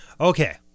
Okay